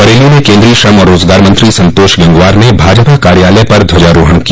बरेली में केन्द्रीय श्रम और राजगार मंत्री संतोष गंगवार ने भाजपा कार्यालय पर ध्वजारोहण किया